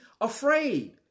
afraid